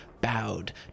bowed